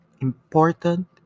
important